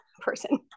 person